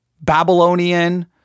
Babylonian